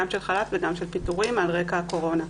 גם של חל"ת וגם של פיטורים על רקע הקורונה.